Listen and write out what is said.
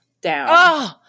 down